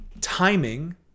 timing